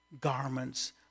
garments